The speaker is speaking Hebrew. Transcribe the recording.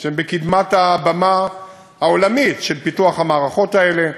והם בקדמת הבמה העולמית של פיתוח המערכות האלה.